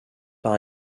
par